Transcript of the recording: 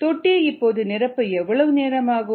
தொட்டியை இப்போது நிரப்ப எவ்வளவு நேரம் ஆகும்